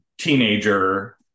teenager